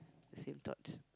same thoughts